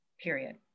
period